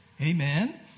Amen